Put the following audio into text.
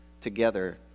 together